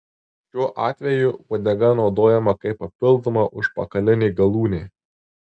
šiuo atveju uodega naudojama kaip papildoma užpakalinė galūnė